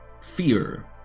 fear